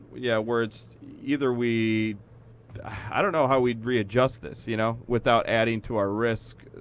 yeah, where it's either we i don't know how we'd readjust this you know without adding to our risk,